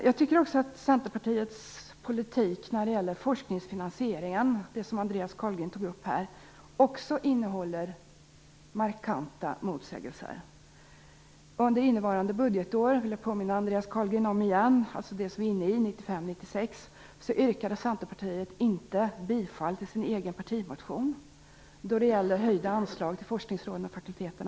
Jag tycker att Centerpartiets politik när det gäller forskningsfinansieringen, som Andreas Carlgren tog upp, också innehåller markanta motsägelser. Jag vill igen påminna Andreas Carlgren om att under innevarande budgetår - alltså det budgetår som vi är inne på, dvs. 1995/96 - yrkade Centerpartiet inte bifall till sin egen partimotion om höjda anslag till forskningsråden och fakulteten.